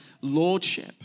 lordship